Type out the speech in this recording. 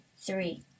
three